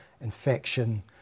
infection